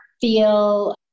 feel